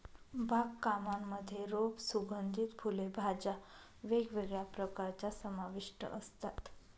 बाग कामांमध्ये रोप, सुगंधित फुले, भाज्या वेगवेगळ्या प्रकारच्या समाविष्ट असतात